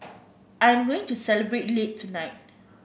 I am going to celebrate late tonight